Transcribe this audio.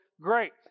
great